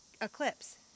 Eclipse